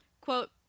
quote